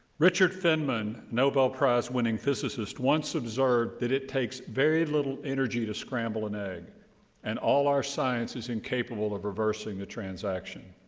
richard thinman, nobel prize winning physicist once observed that it takes very little energy to scramble an egg and all of our science is incapable of reversing the transaction.